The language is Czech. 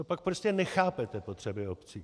Pak prostě nechápete potřeby obcí.